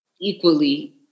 equally